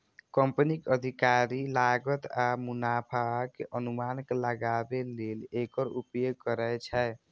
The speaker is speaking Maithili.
कंपनीक अधिकारी लागत आ मुनाफाक अनुमान लगाबै लेल एकर उपयोग करै छै